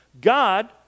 God